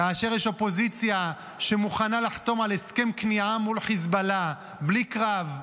כאשר יש אופוזיציה שמוכנה לחתום על הסכם כניעה מול חיזבאללה בלי קרב,